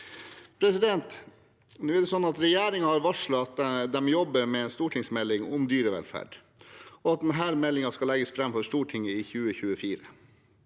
dyrevelferd. Regjeringen har varslet at den jobber med en stortingsmelding om dyrevelferd, og at denne meldingen skal legges fram for Stortinget i 2024.